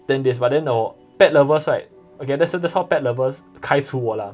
ten days but then Pet Lovers right okay that that's how Pet Lovers 开除我 lah